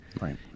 Right